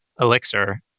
elixir